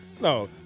no